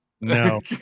no